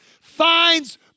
finds